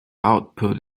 output